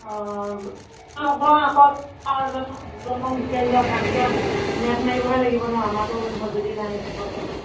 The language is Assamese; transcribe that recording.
অঁ আকৌ এজনমান দুজনমান বিচাৰি লোৱা কাৰণ কিয় নেট মাৰিবহে লাগিব ন আমাৰটো সজুঁলি নাই এতিয়া বৰ্তমান